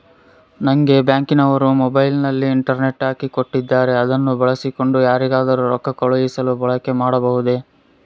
ನಂಗೆ ಬ್ಯಾಂಕಿನವರು ಮೊಬೈಲಿನಲ್ಲಿ ಇಂಟರ್ನೆಟ್ ಹಾಕಿ ಕೊಟ್ಟಿದ್ದಾರೆ ಅದನ್ನು ಬಳಸಿಕೊಂಡು ಯಾರಿಗಾದರೂ ರೊಕ್ಕ ಕಳುಹಿಸಲು ಬಳಕೆ ಮಾಡಬಹುದೇ?